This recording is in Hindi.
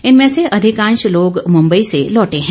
इनमें से अधिकांश लोग मुम्बई से लौटै हैं